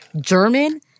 German